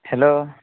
hello